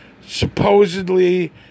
supposedly